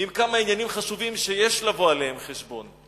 כרגע על כמה עניינים חשובים שיש לבוא עליהם חשבון,